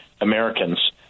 Americans